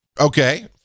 Okay